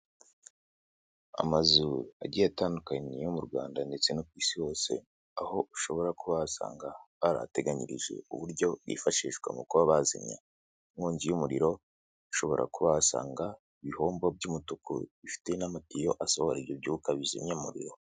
Amazu agiye atandukanye yo mu Rwanda ndetse no ku Isi hose aho ushobora kuba wasanga barahateganyirije uburyo bwifashishwa mu kuba bazimya inkongi y'umuriro, ushobora kuba wahasanga ibihombo by'umutuku bifite n'amatiyo asohora ibyo byuka bizimya umuriro.